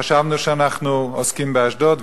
וחשבנו שאנחנו עוסקים באשדוד,